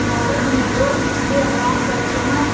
लालच में लोग वित्तीय अपराध करते हैं